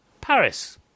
Paris